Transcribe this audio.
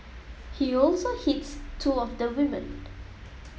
he also hits two of the women